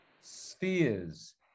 spheres